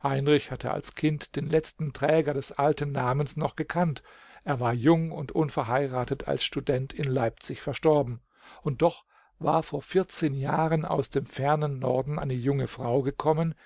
heinrich hatte als kind den letzten träger des alten namens noch gekannt er war jung und unverheiratet als student in leipzig verstorben und doch war vor vierzehn jahren aus dem fernen norden eine junge frau gekommen